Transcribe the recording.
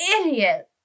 idiot